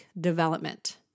development